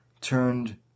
turned